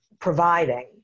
providing